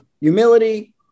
humility